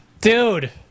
Dude